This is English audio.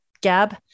gab